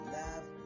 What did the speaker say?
love